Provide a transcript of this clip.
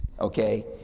okay